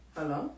Hello